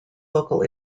local